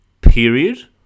period